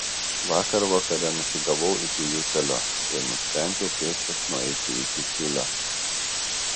vakar vakare nusigavau iki juselio ir nusprendžiau pėsčias nueiti iki tiulio